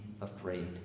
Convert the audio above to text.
afraid